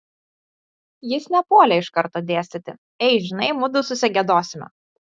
jis nepuolė iš karto dėstyti ei žinai mudu susigiedosime